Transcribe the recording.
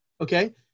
Okay